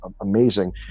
amazing